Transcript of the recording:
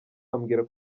ambwira